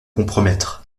compromettre